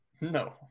No